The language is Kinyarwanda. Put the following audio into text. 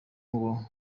ngo